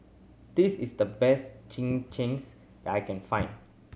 this is the best that I can find